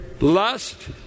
lust